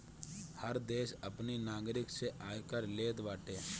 हर देस अपनी नागरिक से आयकर लेत बाटे